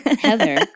Heather